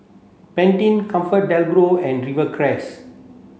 Pantene ComfortDelGro and Rivercrest